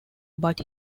but